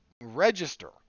register